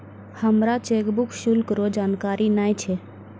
हमरा चेकबुक शुल्क रो जानकारी नै छै